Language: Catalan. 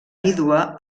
vídua